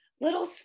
little